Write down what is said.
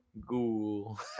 ghoul